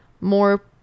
more